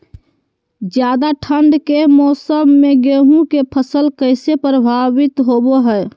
ज्यादा ठंड के मौसम में गेहूं के फसल कैसे प्रभावित होबो हय?